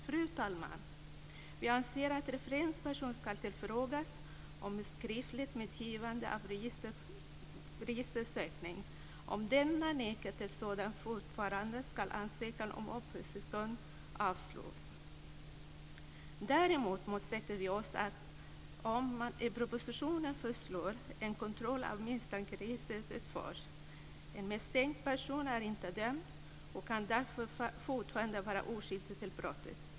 Fru talman! Vi anser att referenspersonen ska tillfrågas om ett skriftligt medgivande av registersökning. Om denne nekar till sådant förfarande ska ansökan om uppehållstillstånd avslås. Däremot motsätter vi oss förslaget i propositionen om att en kontroll av misstankeregistret utförs. En misstänkt person är inte dömd, och kan därför fortfarande vara oskyldig till brottet.